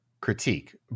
critique